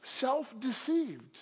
Self-deceived